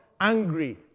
angry